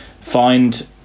find